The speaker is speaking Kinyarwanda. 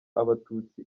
abatutsi